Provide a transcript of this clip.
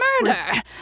murder